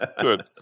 good